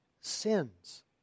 sins